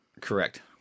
Correct